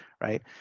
right